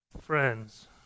Friends